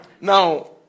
Now